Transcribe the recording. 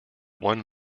one